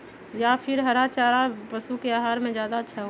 या फिर हरा चारा पशु के आहार में ज्यादा अच्छा होई?